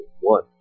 one